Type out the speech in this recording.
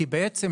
כי בעצם,